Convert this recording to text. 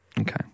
Okay